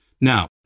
Now